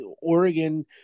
Oregon